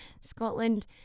Scotland